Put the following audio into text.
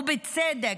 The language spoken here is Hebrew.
ובצדק,